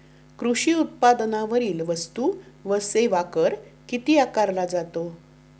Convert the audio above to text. कृषी उत्पादनांवरील वस्तू व सेवा कर किती आकारला जातो?